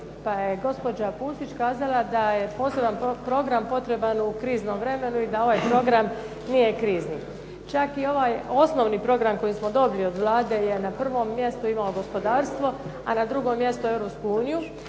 Pa je gospođa Pusić kazala da je poseban program potreban u kriznom vremenu i da ovaj program nije krizni. Čak i ovaj osnovni program koji smo dobili od Vlade je na prvom mjestu imamo gospodarstvu, a na drugom mjestu Europsku uniju.